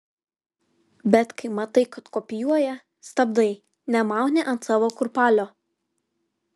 bet kai matai kad kopijuoja stabdai nemauni ant savo kurpalio